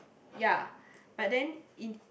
ya but then in